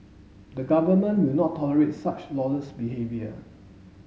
the Government will not tolerate such lawless behaviour